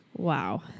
Wow